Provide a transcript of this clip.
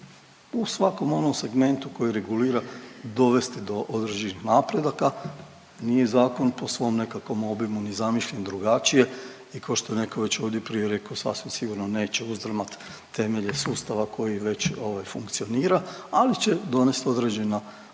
u svakom onom segmentu koji regulira dovesti do određenih napredaka. Nije zakon po svom nekakvom obimu ni zamišljen drugačije i kao što je neko već ovdje prije rekao sasvim sigurno neće uzdrmat temelje sustava koji već funkcionira, ali će donest određena unapređenja